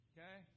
Okay